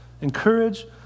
encourage